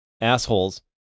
assholes